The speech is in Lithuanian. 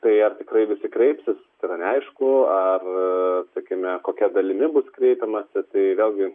tai ar tikrai visi kreipsis yra neaišku ar sakykime kokia dalimi bus kreipiamasi tai vėlgi